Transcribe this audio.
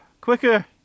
Quicker